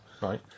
Right